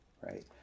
right